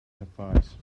suffice